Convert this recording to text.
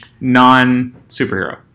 non-superhero